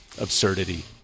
absurdity